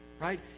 right